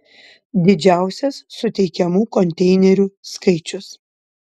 didžiausias suteikiamų konteinerių skaičius